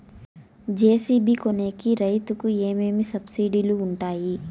JCB కొనేకి రైతుకు ఏమేమి సబ్సిడి లు వుంటాయి?